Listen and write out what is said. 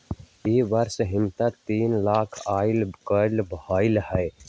ई वर्ष हम्मे तीन लाख आय कर भरली हई